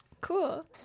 Cool